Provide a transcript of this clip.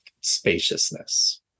spaciousness